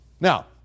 Now